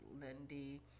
Lindy